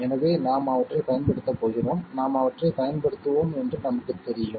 எனவே நாம் அவற்றைப் பயன்படுத்தப் போகிறோம் நாம் அவற்றைப் பயன்படுத்துவோம் என்று நமக்குத் தெரியும்